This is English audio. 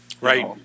Right